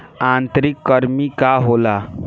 आंतरिक कृमि का होला?